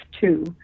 two